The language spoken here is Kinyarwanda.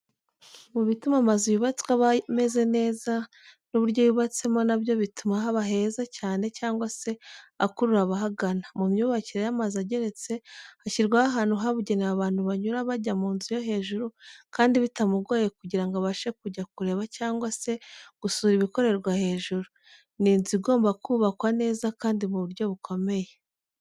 Mu bituma amazu yubatswe aba meza n'uburyo yubatsemo na byo bituma haba heza cyane cyangwa se akurura abahagana. Mu myubakire y'amazu ageretse hashyirwaho ahantu habugenewe abantu banyura bajya mu nzu yo hejuru kandi bitamugoye kugira ngo abashe kujya kureba cyangwa se gusura ibikorerwa hejuru, ni inzu igomba kubakwa neza kandi mu buryo bukomeye.